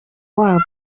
wabwo